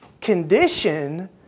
condition